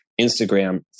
Instagram